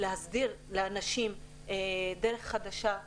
להסדיר לאנשים דרך חדשה,